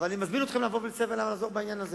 אבל אני מזמין אתכם לבוא ולסייע ולעזור בעניין הזה.